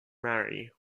mary